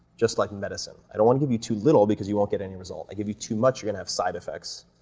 just like medicine. i don't wanna give you too little because you won't get any result. i give you too much, you're gonna have side effects,